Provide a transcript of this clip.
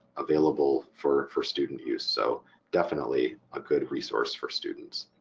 available for for student use, so definitely a good resource for students.